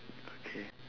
okay